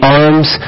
arms